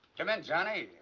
come in, johnny.